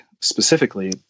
specifically